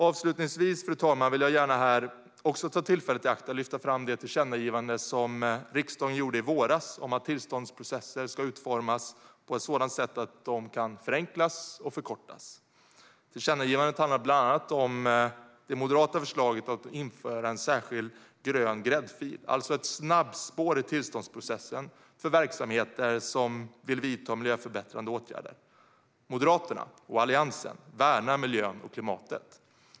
Avslutningsvis, fru talman, vill jag gärna här också ta tillfället i akt att lyfta fram det tillkännagivande som riksdagen gjorde i våras om att tillståndsprocesser ska utformas på ett sådant sätt att de kan förenklas och förkortas. Tillkännagivandet handlar bland annat om det moderata förslaget om att införa en särskild grön gräddfil, alltså ett snabbspår i tillståndsprocessen för verksamheter som vill vidta miljöförbättrande åtgärder. Moderaterna och Alliansen värnar miljön och klimatet.